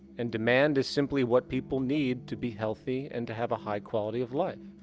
and demand is simply what people need to be healthy and to have a high quality of life.